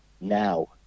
Now